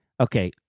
Okay